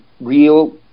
real